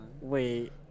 wait